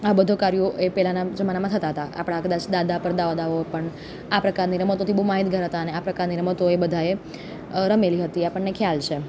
આ બધો કાર્યો એ પહેલાનાં જમાનામાં થતાં હતાં આપણા કદાચ દાદા પરદાદાઓ પણ આ પ્રકારની રમતોથી બહું માહિતગાર હતા અને આ પ્રકારની રમતો એ બધાએ રમેલી હતી આપણને ખ્યાલ છે